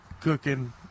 cooking